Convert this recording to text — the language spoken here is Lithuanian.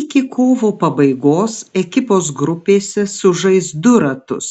iki kovo pabaigos ekipos grupėse sužais du ratus